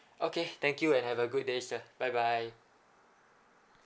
okay thank you and have a good day sir bye bye